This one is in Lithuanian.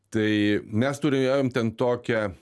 tai mes turėjom ten tokią